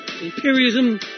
imperialism